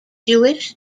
jewish